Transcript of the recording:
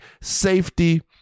safety